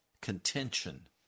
contention